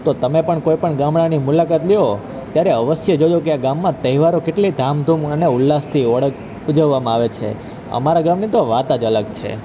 તો તમે પણ કોઈ પણ ગામડાની મુલાકાત લો ત્યારે અવશ્ય જોજો કે આ ગામમાં તહેવારો કેટલી ધામધૂમ અને ઉલ્લાસથી ઓળખ ઉજવવામાં આવે છે અમારા ગામની તો વાત જ અલગ છે